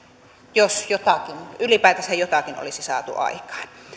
jos ylipäätänsä jotakin olisi saatu aikaan